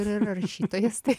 ir rašytojas tai